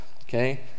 okay